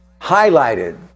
highlighted